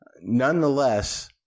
Nonetheless